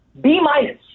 B-minus